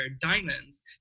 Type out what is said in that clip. diamonds